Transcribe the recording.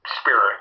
spirit